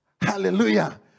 Hallelujah